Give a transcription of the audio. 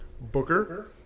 Booker